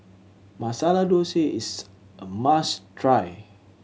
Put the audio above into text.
Masala Dosa is a must try